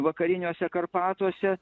vakariniuose karpatuose